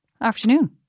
afternoon